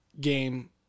game